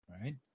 Right